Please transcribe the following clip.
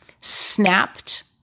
snapped